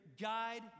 guide